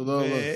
תודה רבה.